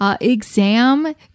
exam